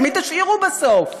את מי תשאירו בסוף?